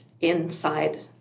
inside